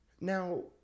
Now